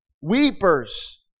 Weepers